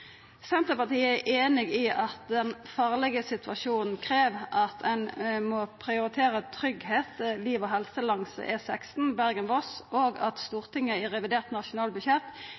Senterpartiet er einig i at den farlege situasjonen krev at ein må prioritera tryggleik, liv og helse langs E16 Bergen–Voss, og at Stortinget i revidert nasjonalbudsjett